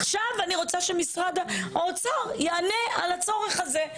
עכשיו אני רוצה שמשרד האוצר יענה על הצורך הזה.